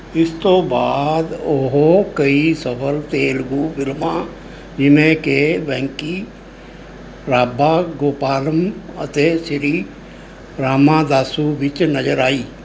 ਇਸ ਤੋਂ ਬਾਅਦ ਉਹ ਕਈ ਸਫ਼ਲ ਤੇਲਗੂ ਫਿਲਮਾਂ ਜਿਵੇਂ ਕਿ ਵੈਂਕੀ ਰਾਭਾ ਗੋਪਾਲਮ ਅਤੇ ਸ਼੍ਰੀ ਰਾਮਾਦਾਸੂ ਵਿੱਚ ਨਜਰ ਆਈ